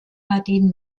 nadine